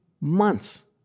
months